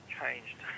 changed